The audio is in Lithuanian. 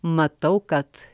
matau kad